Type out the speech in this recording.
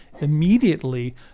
Immediately